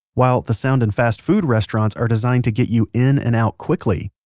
while the sound in fast food restaurants are designed to get you in and out quickly.